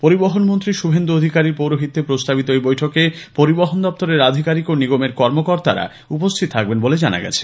পরিবহনমন্ত্রী শুভেন্দু অধিকারীর পৌরহিত্যে প্রস্তাবিত এই বৈঠকে পরিবহন দপ্তরের আধিকারিক ও নিগমের কর্মকর্তারা উপস্থিত থাকবেন বলে জানা গিয়েছে